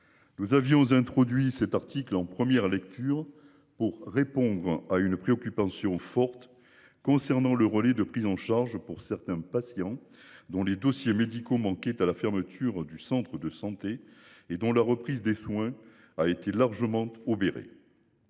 Nous avions introduit cet article en première lecture pour répondre à une préoccupation forte concernant le rôle de prise en charge pour certains patients dont les dossiers médicaux manquait à la fermeture du centre de santé et dont la reprise des soins a été largement obéré.